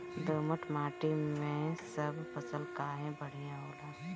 दोमट माटी मै सब फसल काहे बढ़िया होला?